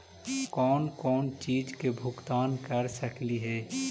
कौन कौन चिज के भुगतान कर सकली हे?